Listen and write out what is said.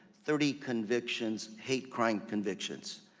thirty convictions, hate crime convictions.